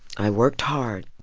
i worked hard